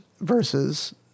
versus